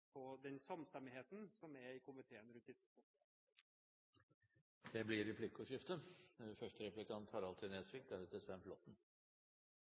den samstemmigheten som er i komiteen rundt disse spørsmålene. Det blir replikkordskifte.